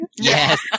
Yes